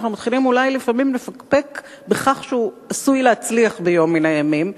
אנחנו מתחילים אולי לפעמים לפקפק בכך שהוא עשוי להצליח ביום מן הימים.